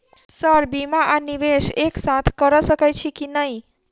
Sir बीमा आ निवेश एक साथ करऽ सकै छी की न ई?